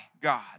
God